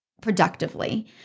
productively